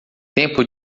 tempo